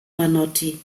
banotti